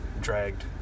dragged